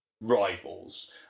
rivals